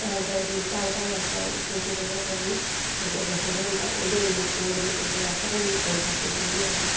हैन तां प्हाड़े उच्चियें उच्चियें जगहें पर बी तां मतलब बस्से दे न मतलब उं'दे इन्ने कोल कोई आक्खो तां इन्नी फैसिलिटी निं ऐ